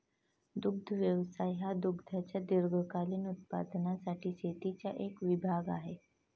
दुग्ध व्यवसाय हा दुधाच्या दीर्घकालीन उत्पादनासाठी शेतीचा एक विभाग आहे